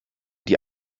die